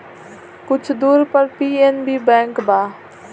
कुछ दूर पर पी.एन.बी बैंक बा